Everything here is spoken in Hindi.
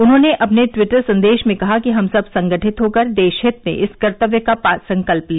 उन्होंने अपने ट्वीटर संदेश में कहा कि हम सब संगठित होकर देश हित में इस कर्तव्य पालन का संकल्प ले